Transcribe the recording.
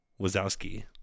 Wazowski